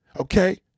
Okay